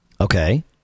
Okay